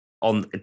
on